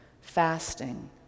fasting